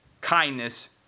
kindness